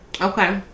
Okay